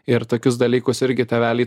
ir tokius dalykus irgi tėveliai